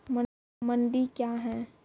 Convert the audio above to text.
मंडी क्या हैं?